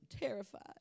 terrified